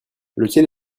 lequel